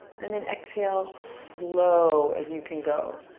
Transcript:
and then exhale slow as you can go.